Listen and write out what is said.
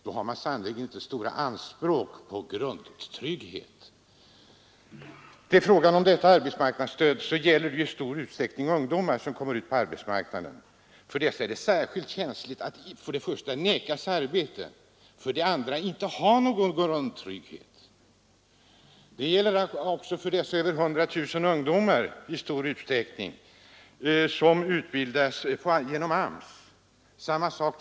Då har man sannerligen inte stora anspråk på grundtrygghet. Frågan om detta arbetsmarknadsstöd gäller i stor utsträckning ungdomar som kommer ut på arbetsmarknaden. För dem är det särskilt känsligt att för det första nekas arbete och för det andra inte ha någon grundtrygghet. Samma sak gäller för dessa över hundratusen ungdomar som utbildas genom AMS.